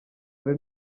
hari